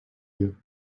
you